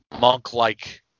monk-like